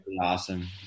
awesome